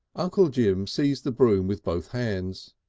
uncle jim seized the broom with both hands.